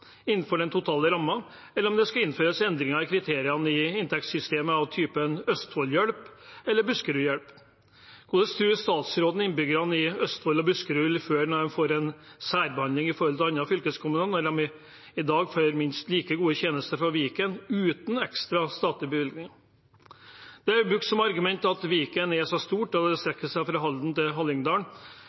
innenfor den totale rammen, eller om det skal innføres endringer i kriteriene i inntektssystemet av typen Østfold-hjelp eller Buskerud-hjelp. Hvordan tror statsråden innbyggerne i Østfold og Buskerud vil føle det å få særbehandling i forhold til andre fylkeskommuner, når de i dag får minst like gode tjenester fra Viken uten ekstra statlige bevilgninger? Det er brukt som argument at Viken er så stort og strekker seg fra Halden til